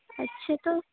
اچھا تو